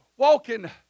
Walking